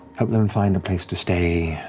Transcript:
help them find a place to stay,